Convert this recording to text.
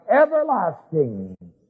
everlasting